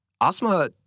Asma